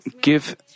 give